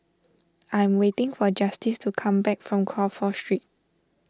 I'm waiting for Justice to come back from Crawford Street